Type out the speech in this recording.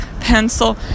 pencil